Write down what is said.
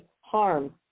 harm